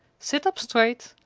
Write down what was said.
sit up straight.